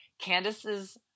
Candace's